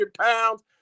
pounds